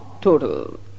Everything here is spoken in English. total